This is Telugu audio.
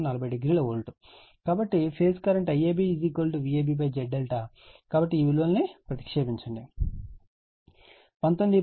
కాబట్టి phase current IAB Vab Z∆ కాబట్టి ఈ విలువలను ప్రతిక్షేపించండి 19